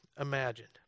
imagined